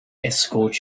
escort